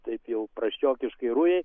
taip jau prasčiokiškai rujai